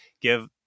give